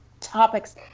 topics